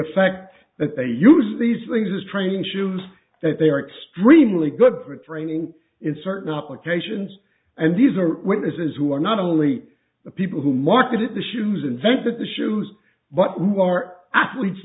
fact that they use these things as training shoes that they are extremely good for training in certain applications and these are witnesses who are not only the people who marketed the shoes invented the shoes but more athletes